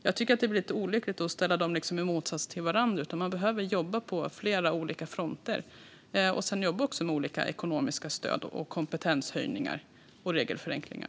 Jag tycker att det blir lite olyckligt om man ställer dessa saker mot varandra, utan man behöver jobba på flera olika fronter. Man behöver också jobba med olika ekonomiska stöd, kompetenshöjningar och regelförenklingar.